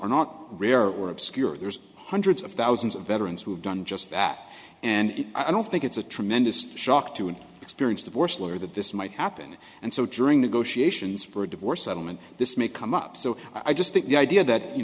are not rare or obscure there's hundreds of thousands of veterans who have done just that and i don't think it's a tremendous shock to an experienced divorce lawyer that this might happen and so during negotiations for a divorce settlement this may come up so i just think the idea that you